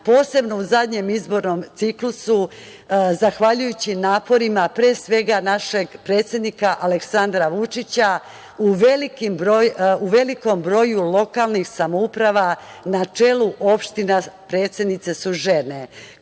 posebno u zadnjem izbornom ciklusu, zahvaljujući naporima, pre svega, našeg predsednika Aleksandra Vučića. U velikom broju lokalnih samouprava na čelu opština predsednice su žene.